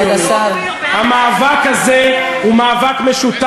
אופיר, באמת.